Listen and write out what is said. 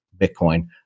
Bitcoin